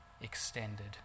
extended